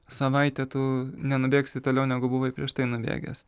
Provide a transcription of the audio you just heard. savaitę tu nenubėgsi toliau negu buvai prieš tai nubėgęs